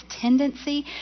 tendency